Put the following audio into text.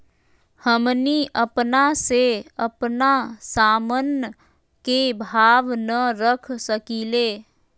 हमनी अपना से अपना सामन के भाव न रख सकींले?